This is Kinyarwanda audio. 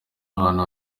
ahantu